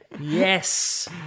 Yes